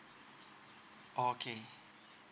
okay